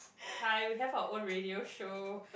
hi we have our own radio show